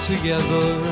together